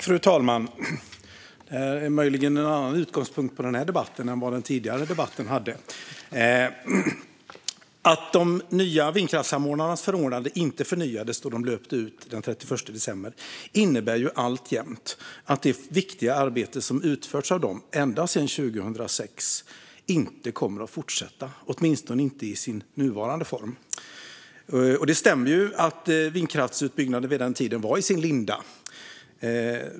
Fru talman! Det är möjligen en annan utgångspunkt för den här debatten än för den tidigare debatten. Att vindkraftssamordnarnas förordnande inte förnyades då det löpte ut den 31 december innebär alltjämt att det viktiga arbete som utförts av dem ända sedan 2006 inte kommer att fortsätta, åtminstone inte i sin nuvarande form. Det stämmer att vindkraftsutbyggnaden på den tiden var i sin linda.